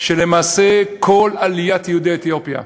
שלמעשה כל עליית יהודי אתיופיה,